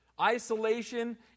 Isolation